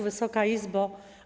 Wysoka Izbo!